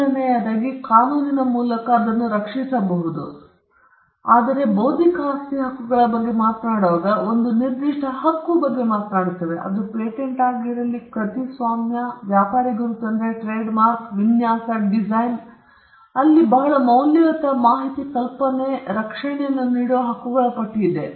ಮೊದಲನೆಯದಾಗಿ ಅವರು ಕಾನೂನಿನ ಮೂಲಕ ರಕ್ಷಿಸಬಹುದಾಗಿರುತ್ತದೆ ಅದು ಮೊದಲನೆಯದು ಏಕೆಂದರೆ ಅವರು ಕಾನೂನುಗಳನ್ನು ರಕ್ಷಿಸುವುದಿಲ್ಲ ಆದರೆ ನಾವು ಬೌದ್ಧಿಕ ಆಸ್ತಿ ಹಕ್ಕುಗಳ ಬಗ್ಗೆ ಮಾತನಾಡುವಾಗ ನಾವು ಒಂದು ನಿರ್ದಿಷ್ಟ ಹಕ್ಕು ಬಗ್ಗೆ ಮಾತನಾಡುತ್ತೇವೆ ಅದು ಪೇಟೆಂಟ್ ಆಗಿರಲಿ ಅದು ಕೃತಿಸ್ವಾಮ್ಯ ವ್ಯಾಪಾರಿ ಗುರುತು ವಿನ್ಯಾಸ ಅಲ್ಲಿ ಅವರು ಬಹಳ ಮೌಲ್ಯಯುತ ಮಾಹಿತಿ ಕಲ್ಪನೆ ರಕ್ಷಣೆಯನ್ನು ನೀಡುವ ಹಕ್ಕುಗಳ ಪಟ್ಟಿ